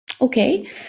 Okay